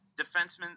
defenseman